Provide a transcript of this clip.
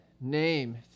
name